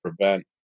prevent